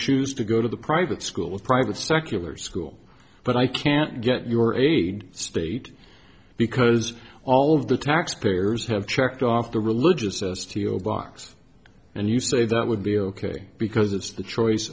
choose to go to the private school private secular school but i can't get your aid state because all of the taxpayers have checked off the religious as to your box and you say that would be ok because it's the choice